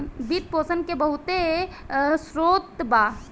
वित्त पोषण के बहुते स्रोत बा